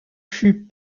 fut